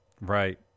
Right